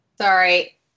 Sorry